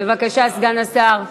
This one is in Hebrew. בבקשה, סגן השר.